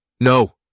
No